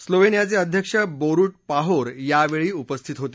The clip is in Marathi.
स्लोवेनियाचे अध्यक्ष बोरुट पाहोर यावेळी उपस्थित होते